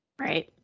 Right